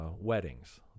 weddings